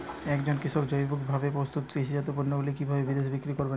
একজন কৃষক জৈবিকভাবে প্রস্তুত কৃষিজাত পণ্যগুলি কিভাবে বিদেশে বিক্রি করবেন?